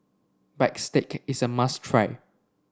Bistake is a must try